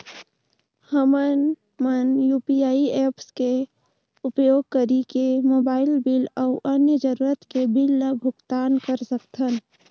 हमन मन UPI apps के उपयोग करिके मोबाइल बिल अऊ अन्य जरूरत के बिल ल भुगतान कर सकथन